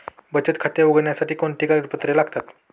बचत खाते उघडण्यासाठी कोणती कागदपत्रे लागतात?